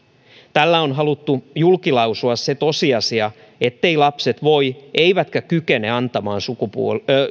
tällä on haluttu julkilausua se tosiasia etteivät lapset voi eivätkä kykene antamaan